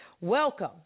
Welcome